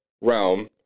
realm